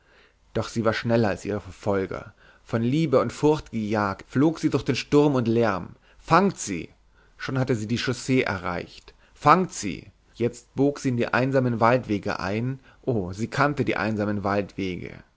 doch sie war schneller als ihre verfolger von liebe und furcht gejagt flog sie durch den sturm und lärm fangt sie schon hatte sie die chaussee erreicht fangt sie jetzt bog sie in die einsamen waldwege ein o sie kannte die einsamen waldwege